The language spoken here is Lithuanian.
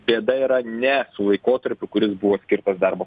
bėda yra ne su laikotarpiu kuris buvo skirtas darbo